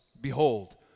behold